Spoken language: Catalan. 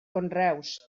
conreus